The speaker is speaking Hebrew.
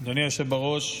אדוני היושב בראש.